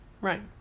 Right